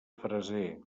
freser